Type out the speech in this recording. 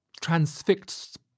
transfixed